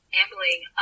ambling